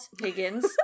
higgins